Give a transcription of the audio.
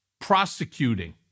prosecuting